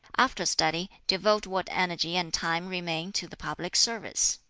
after study devote what energy and time remain to the public service.